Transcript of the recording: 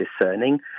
discerning